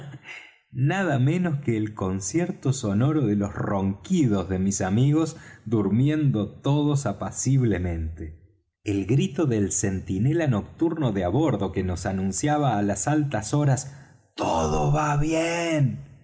nada menos que el concierto sonoro de los ronquidos de mis amigos durmiendo todos apaciblemente el grito del centinela nocturno de á bordo que nos anunciaba á las altas horas todo va bien